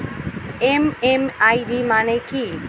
MMID মানে কি?